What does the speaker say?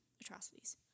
atrocities